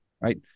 right